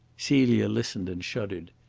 celia listened and shuddered.